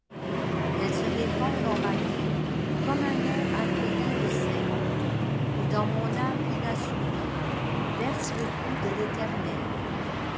elle se répand dans ma viecomme un air imprégné de sel et dans mon âme inassouvieverse le goût de téternel